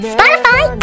Spotify